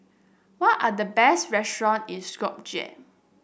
what are the best restaurant in Skopje